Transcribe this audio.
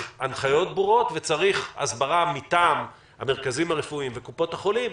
הנחיות ברורות וצריך הסברה מטעם המרכזים הרפואיים וקופות החולים,